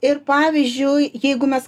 ir pavyzdžiui jeigu mes